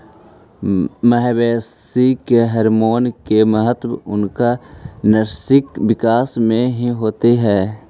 मवेशी के हॉरमोन के महत्त्व उनकर नैसर्गिक विकास में हीं तो हई